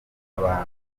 abantu